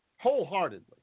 Wholeheartedly